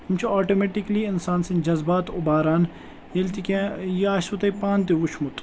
یِم چھِ آٹومیٹِکلی اِنسان سٕنٛدۍ جذبات اُباران ییٚلہِ تہِ کینٛہہ یہِ آسوٕ تۄہہِ پانہٕ تہِ وُچھمُت